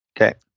Okay